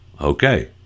Okay